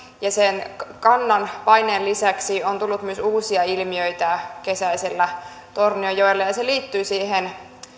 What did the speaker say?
ja sen kannan paineen lisäksi on tullut myös uusia ilmiöitä kesäisellä tornionjoella liittyen siihen